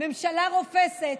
ממשלה רופסת,